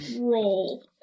roll